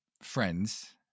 friends